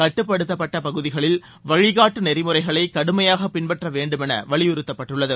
கட்டுப்படுத்தப்பட்ட பகுதிகளில் வழிகாட்டு நெறிமுறைகளை கடுமையாக பின்பற்ற வேண்டும் என வலியுறுத்தப்பட்டுள்ளது